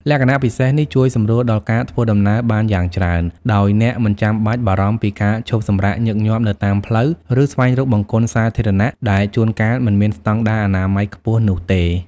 លក្ខណៈពិសេសនេះជួយសម្រួលដល់ការធ្វើដំណើរបានយ៉ាងច្រើន ដោយអ្នកមិនចាំបាច់បារម្ភពីការឈប់សម្រាកញឹកញាប់នៅតាមផ្លូវ ឬស្វែងរកបង្គន់សាធារណៈដែលជួនកាលមិនមានស្តង់ដារអនាម័យខ្ពស់នោះទេ។